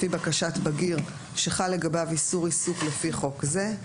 לפי בקשת בגיר שחל לגביו איסור עיסוק לפי חוק זה,